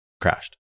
crashed